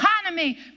economy